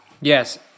yes